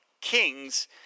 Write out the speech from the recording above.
kings